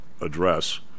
address